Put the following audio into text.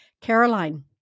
Caroline